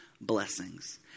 blessings